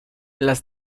las